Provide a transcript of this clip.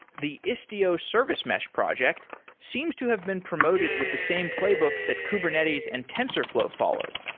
the istio service mesh project seems to have been promoted with the same playbook that kubernetes and tensorflow followed,